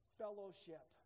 fellowship